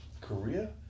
Korea